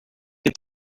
get